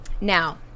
now